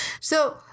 So-